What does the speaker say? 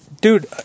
Dude